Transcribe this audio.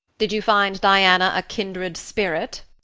did you find diana a kindred spirit?